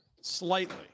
slightly